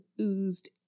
oozed